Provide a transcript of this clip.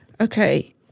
okay